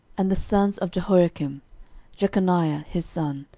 and the sons of jehoiakim jeconiah his son,